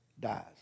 Dies